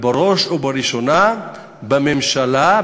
ובראש ובראשונה בממשלה,